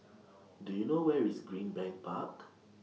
Do YOU know Where IS Greenbank Park